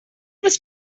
was